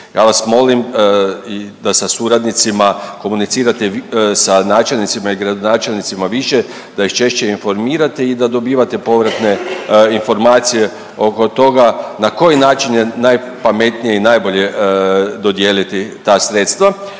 Ja vas molim da sa suradnicima komunicirate, sa načelnicima i gradonačelnicima više, da ih češće informirate i da dobivate povratne informacije oko toga na koji način je najpametnije i najbolje dodijeliti ta sredstva,